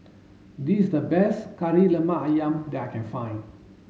this is the best Kari Lemak Ayam that I can find